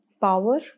Power